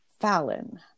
Fallon